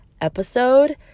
episode